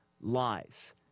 lies